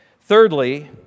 Thirdly